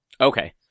Okay